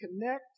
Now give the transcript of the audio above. connect